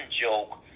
joke